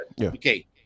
Okay